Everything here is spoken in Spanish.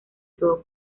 todo